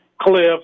Cliff